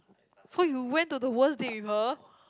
so you went to the worst date with her